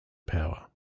power